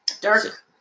dark